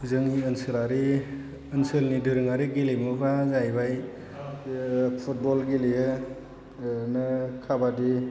जोंनि ओनसोलारि ओनसोलनि दोरोङारि गेलेमुफ्रा जाहैबाय फुटबल गेलेयो ओरैनो काबादि